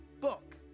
book